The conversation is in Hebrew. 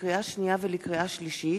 לקריאה שנייה ולקריאה שלישית: